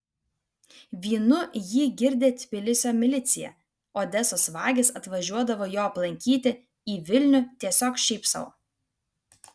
vynu jį girdė tbilisio milicija odesos vagys atvažiuodavo jo aplankyti į vilnių tiesiog šiaip sau